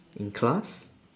in class